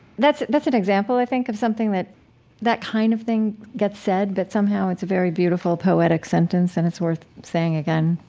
that's that's an example, i think, of something that that kind of thing gets said, but somehow it's a very beautiful, poetic sentence and it's worth saying again.